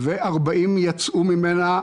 ובמצב כזה צריך להזמין בן אדם כמו שקלטון.